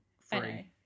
free